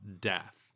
death